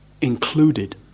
included